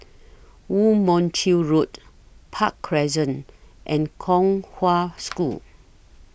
Woo Mon Chew Road Park Crescent and Kong Hwa School